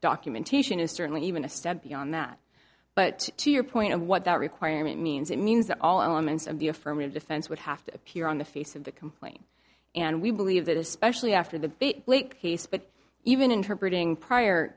documentation is certainly even a step beyond that but to your point of what that requirement means it means that all elements of the affirmative defense would have to appear on the face of the complaint and we believe that especially after the case but even interbreeding prior